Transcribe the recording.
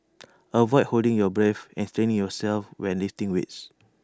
avoid holding your breath and straining yourself when lifting weights